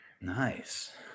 Nice